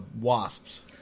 wasps